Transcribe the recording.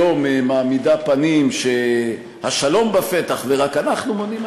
היום היא מעמידה פנים שהשלום בפתח ורק אנחנו מונעים.